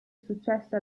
successe